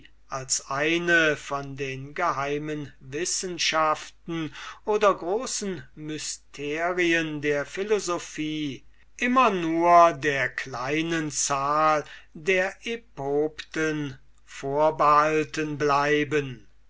als eine von den geheimen wissenschaften oder großen mysterien der philosophie immer nur der kleinen zahl der epopten vorbehalten bleiben